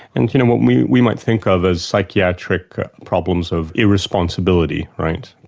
and you know what we we might think of as psychiatric problems of irresponsibility, right,